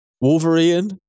Wolverine